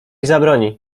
zabroni